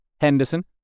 Henderson